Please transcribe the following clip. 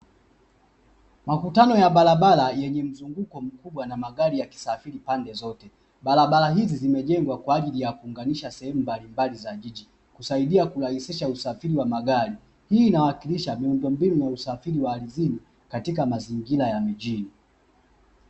Makutano ya barabara yenye mzunguko mkubwa na magari yakisafiri pande zote, barabara hizi zimejengwa kwa ajili kuunganisha sehemu mbalimbali za jiji, kusaidia kurahisisha usafiri wa magari. Hii inawakilisha miundombinu ya usafiri wa ardhini, katika mazingira ya mjini.